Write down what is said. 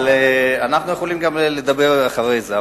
אנחנו יכולים גם לדבר אחרי זה.